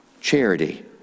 charity